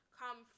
come